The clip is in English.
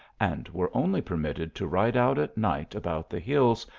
and were only permitted to ride out at night about the hills,